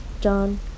John